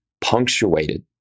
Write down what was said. punctuated